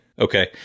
Okay